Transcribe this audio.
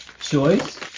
choice